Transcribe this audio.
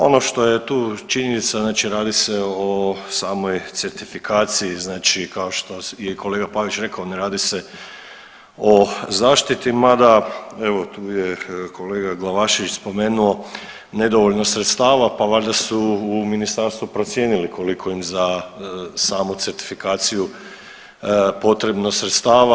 Ono što je tu činjenica, znači radi se o samoj certifikaciji, znači kao što je i kolega Pavić rekao, ne radi se o zaštiti mada evo tu je kolega Glavašević spomenuo nedovoljno sredstava, pa valjda su u ministarstvu procijenili koliko im za samu certifikaciju potrebno sredstava.